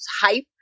hype